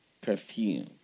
perfume